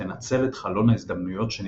שתנצל את "חלון ההזדמנויות" שנפתח.